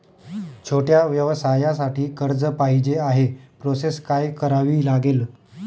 छोट्या व्यवसायासाठी कर्ज पाहिजे आहे प्रोसेस काय करावी लागेल?